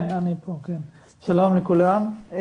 שלום לכולם,